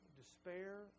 despair